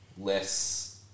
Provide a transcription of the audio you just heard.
less